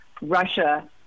Russia